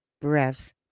breaths